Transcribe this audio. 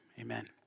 amen